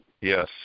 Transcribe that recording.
Yes